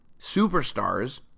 superstars